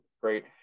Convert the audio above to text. great